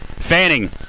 Fanning